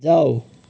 जाऊ